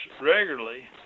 regularly